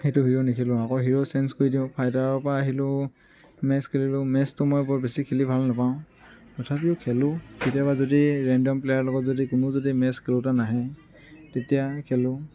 সেইটো হিৰ নেখেলোঁ আকৌ হিৰ চেঞ্জ কৰি দিওঁ ফাইটাৰৰপৰা আহিলোঁ মেচ খেলিলোঁ মেচটো মই বৰ বেছি খেলি ভাল নাপাওঁ তথাপিও খেলোঁ কেতিয়াবা যদি ৰেণ্ডম প্লেয়াৰৰ লগত যদি কোনো যদি মেচ খেলোতা নাহে তেতিয়া খেলোঁ